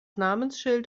namensschild